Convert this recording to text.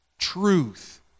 Truth